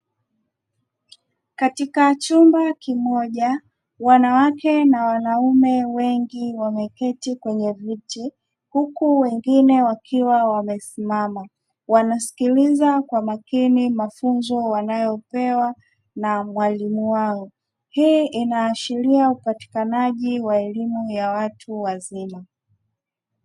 Katika chumba kimoja wanawake na wanaume wengi wameketi kwenye viti, huku wengine wakiwa wamesimama wanasikiliza kwa makini mafunzo wanayopewa na mwalimu wao, hii inaashiria upatikanaji wa elimu ya watu wazima.